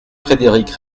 frédéric